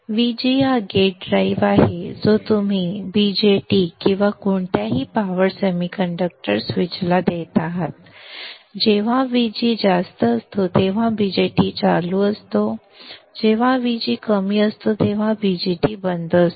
Vg हा gate drive आहे जो तुम्ही BJT किंवा कोणत्याही पॉवर सेमी कंडक्टर स्विचला देत आहात जेव्हा Vg जास्त असतो तेव्हा BJT चालू असतो जेव्हा Vg कमी असतो BJT बंद असतो